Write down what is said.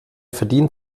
verdient